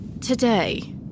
Today